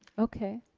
okay.